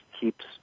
keeps